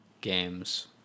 games